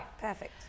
Perfect